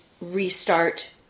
restart